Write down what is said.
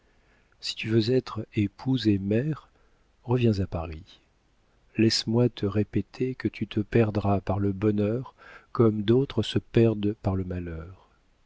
si tu veux être épouse et mère reviens à paris laisse-moi te répéter que tu te perdras par le bonheur comme d'autres se perdent par le malheur